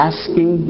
Asking